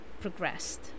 progressed